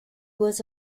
was